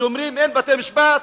שאומרים אין בתי-משפט,